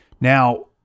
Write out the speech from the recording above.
Now